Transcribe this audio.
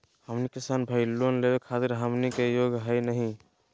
हमनी किसान भईल, लोन लेवे खातीर हमनी के योग्य हई नहीं?